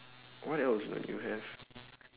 what else that you have